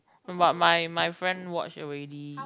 but my my friend watch already